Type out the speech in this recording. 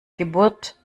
geburt